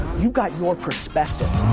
you got your perspective.